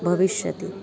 भविष्यति